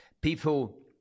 People